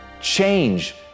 change